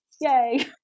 yay